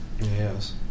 Yes